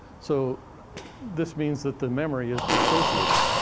so this means that the memory is dissociated.